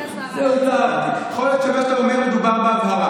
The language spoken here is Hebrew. במה שאתה אומר, יכול להיות שמדובר בהבהרה.